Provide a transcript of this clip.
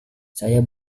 saya